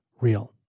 real